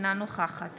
אינה נוכחת